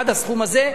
עד הסכום הזה.